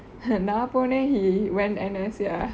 நா போனெ:naa poone he went N_S ya